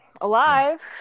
alive